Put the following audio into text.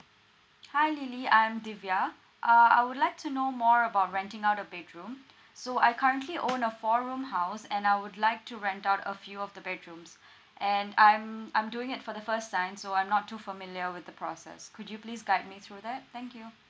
hi lily I'm divya uh I would like to know more about renting out a bedroom so I currently own a four room house and I would like to rent out a few of the bedrooms and I'm I'm doing it for the first time so I'm not too familiar with the process could you please guide me through that thank you